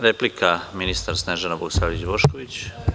Replika, ministar Snežana Bogosavljević Bošković.